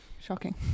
Shocking